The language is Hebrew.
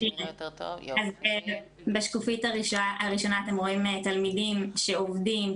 בשקופית הראשונה אתם רואים תלמידים שעובדים,